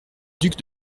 duc